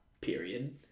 Period